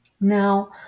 Now